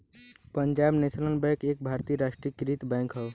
Punjab national bank एक भारतीय राष्ट्रीयकृत बैंक हौ